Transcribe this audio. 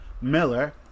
Miller